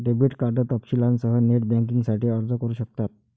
debit card तपशीलांसह net बँकिंगसाठी अर्ज करू शकतात